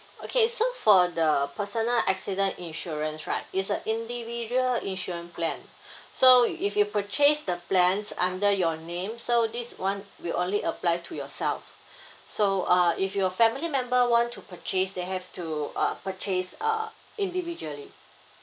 okay so for the personal accident insurance right it's a individual insurance plan so if you purchase the plans under your name so this one we only apply to yourself so uh if your family member want to purchase they have to uh purchase uh individually